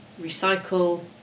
recycle